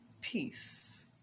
Peace